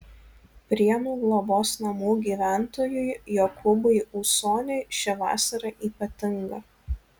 prienų globos namų gyventojui jokūbui ūsoniui ši vasara ypatinga